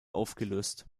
aufgelöst